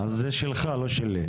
אז זה שלך, לא שלי.